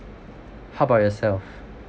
how about yourself